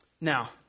Now